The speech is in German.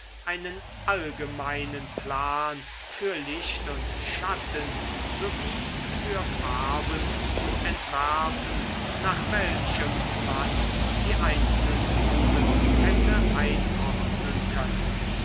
einen allgemeinen plan für licht und schatten sowie für farben zu entwerfen nach welchem man die einzelnen blumen hätte einordnen können